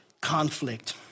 conflict